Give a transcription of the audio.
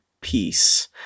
peace